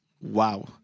Wow